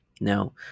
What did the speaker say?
Now